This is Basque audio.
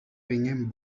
ginen